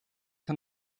hat